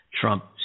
Trump